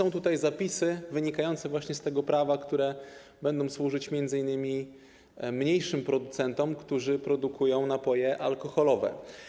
Zawarte w nim zapisy, wynikające właśnie z tego prawa, będą służyć m.in. mniejszym producentom, którzy produkują napoje alkoholowe.